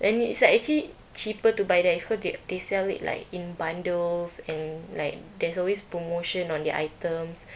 and it's like actually cheaper to buy there is cause they they sell it like in bundles and like there's always promotion on their items